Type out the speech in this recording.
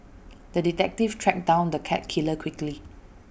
the detective tracked down the cat killer quickly